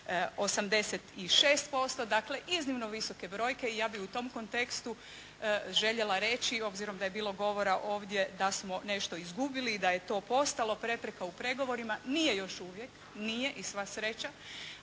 86%. Dakle iznimno visoke brojke i ja bih u tom kontekstu željela reći obzirom da je bilo govora ovdje da smo nešto izgubili i da je to postalo prepreka u pregovorima, nije još uvijek, nije i sva sreća,